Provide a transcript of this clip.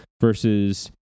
versus